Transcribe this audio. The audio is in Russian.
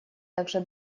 также